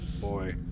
Boy